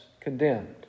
condemned